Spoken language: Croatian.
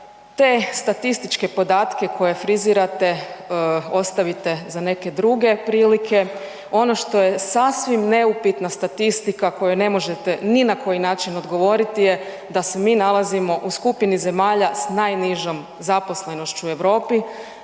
te statističke podatke frizirate ostavite za neke druge prilike, ono što je sasvim neupitna statistika koju ne možete ni na koji način odgovoriti je da se mi nalazimo u skupini zemalja s najnižom zaposlenošću u Europi,